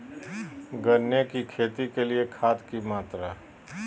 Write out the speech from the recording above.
गन्ने की खेती के लिए खाद की मात्रा?